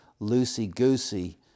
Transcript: loosey-goosey